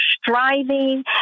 striving